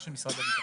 הביטחון.